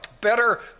better